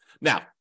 Now